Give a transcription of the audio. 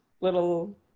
little